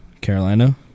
Carolina